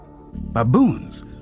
Baboons